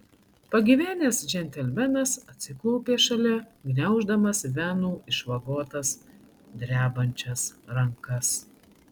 pagyvenęs džentelmenas atsiklaupė šalia gniauždamas venų išvagotas drebančias rankas